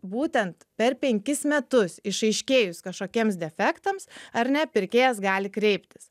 būtent per penkis metus išaiškėjus kažkokiems defektams ar ne pirkėjas gali kreiptis